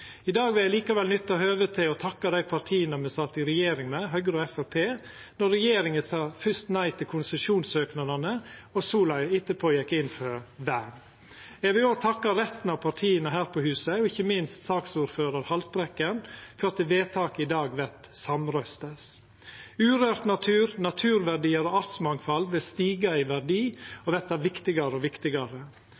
I dag vil eg likevel nytta høvet til å takka dei partia me satt i regjering med, Høgre og Framstegspartiet, når regjeringa først sa nei til konsesjonssøknadene og så, etterpå, gjekk inn for vern. Eg vil òg takka resten av partia her på huset, og ikkje minst saksordførar Haltbrekken, for at vedtaket i dag vert samrøystes. Urørt natur, naturverdiar og artsmangfald vil stiga i verdi